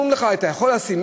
אומרים לך: אתה יכול לשים,